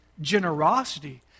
generosity